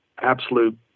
absolute